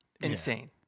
Insane